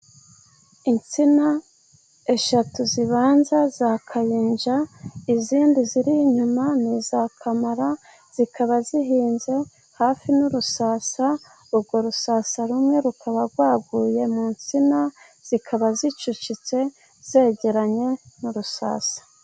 Insina eshatu zibanza za kanyanja, izindi ziri inyuma n'iza kamara, zikaba zihinze hafi n'urusasa, urwo rusasa rumwe rukaba rwaguye mu nsina, zikaba zicucitse zegeranye n'urusasa.